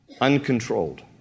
uncontrolled